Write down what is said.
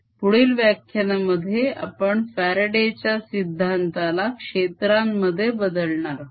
पुढील व्याख्यानामध्ये आपण फ्यारडे च्या सिद्धांताला क्षेत्रांमध्ये बदलणार आहोत